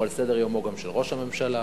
והוא גם על סדר-יומו של ראש הממשלה.